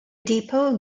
depot